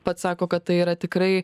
pats sako kad tai yra tikrai